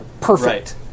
perfect